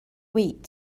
week